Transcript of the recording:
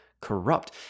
corrupt